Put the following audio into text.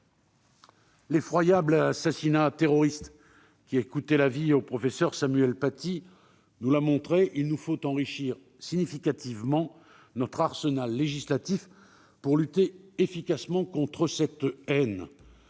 L'effroyable assassinat terroriste qui a coûté la vie au professeur Samuel Paty nous l'a montré, il nous faut enrichir significativement notre arsenal législatif pour lutter efficacement contre cette haine.